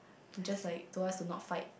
just like told us to not fight